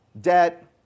Debt